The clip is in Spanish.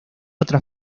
otra